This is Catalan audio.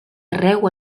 arreu